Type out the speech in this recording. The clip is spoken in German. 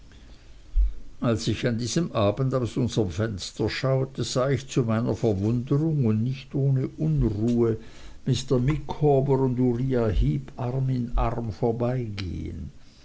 als ich an diesem abend aus unserm fenster schaute sah ich zu meiner verwunderung und nicht ohne unruhe mr micawber und uriah heep arm in arm vorbeigehen